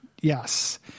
Yes